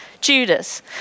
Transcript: Judas